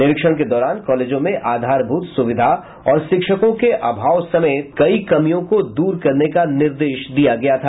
निरीक्षण के दौरान कॉलेजों में आधारभूत सुविधा और शिक्षकों के अभाव समेत कई कमियों को दूर करने का निर्देश दिया था